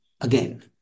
again